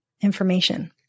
information